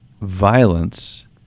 violence